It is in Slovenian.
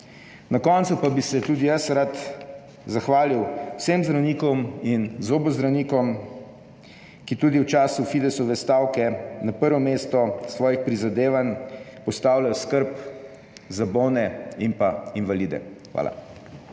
Na koncu pa bi se tudi jaz rad zahvalil vsem zdravnikom in zobozdravnikom, ki tudi v času Fidesove stavke na prvo mesto svojih prizadevanj postavljajo skrb za bolne in invalide. Hvala.